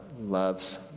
loves